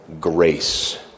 grace